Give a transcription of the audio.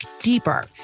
deeper